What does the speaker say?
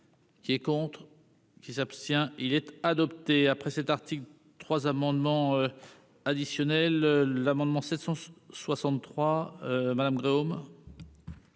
qui est contre. Qui s'abstient-il était adopté après cet article trois amendements additionnel l'amendement 763 madame hommes.